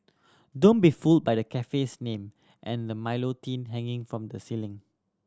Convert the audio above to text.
don't be fooled by the cafe's name and the Milo tin hanging from the ceiling